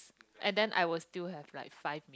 and then I will still have like five